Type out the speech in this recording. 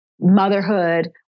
motherhood